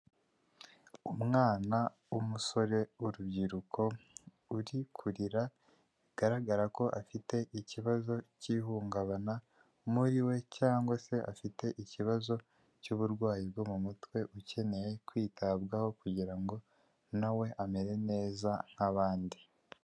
Umwana w'umusore w'urubyiruko uri kurira bigaragara ko afite ikibazo cy'ihungabana muri we cyangwa se afite ikibazo cy'uburwayi bwo mu mutwe ukeneye kwitabwaho kugira ngo na we amere neza nk'abandi.